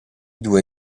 due